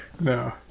No